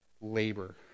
labor